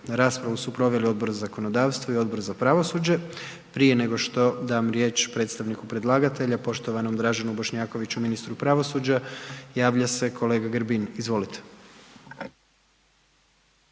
Raspravu su proveli Odbor za zakonodavstvo i Odbor za pravosuđe. Prije nego što dam riječ predstavniku predlagatelja poštovanom Draženu Bošnjakoviću ministru pravosuđa javlja se kolega Grbin. Izvolite.